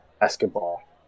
basketball